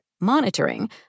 monitoring